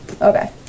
Okay